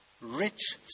rich